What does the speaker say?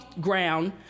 ground